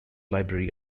library